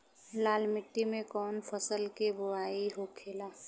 लाल मिट्टी में कौन फसल के बोवाई होखेला?